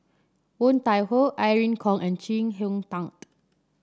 Woon Tai Ho Irene Khong and Chee Hong Tat